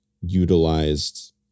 utilized